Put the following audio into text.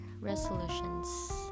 resolutions